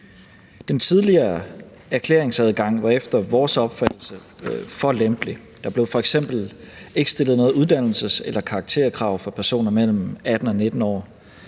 Den tidligere erklæringsadgang var efter vores opfattelse for lempelig. Der blev f.eks. ikke stillet noget uddannelses- eller karakterkrav for personer mellem 18 og 19 år.